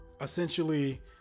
essentially